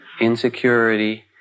insecurity